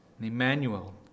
Emmanuel